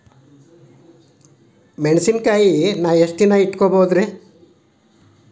ಮೆಣಸಿನಕಾಯಿನಾ ಎಷ್ಟ ದಿನ ಇಟ್ಕೋಬೊದ್ರೇ?